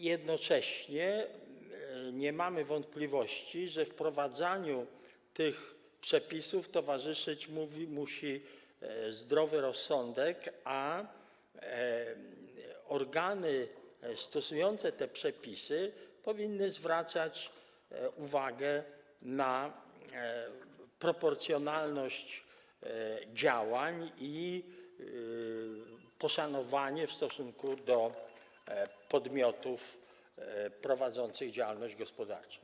Jednocześnie nie mamy wątpliwości, że wprowadzaniu tych przepisów towarzyszyć musi zdrowy rozsądek, a organy stosujące te przepisy powinny zwracać uwagę na proporcjonalność działań i poszanowanie w stosunku do podmiotów prowadzących działalność gospodarczą.